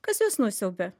kas juos nusiaubė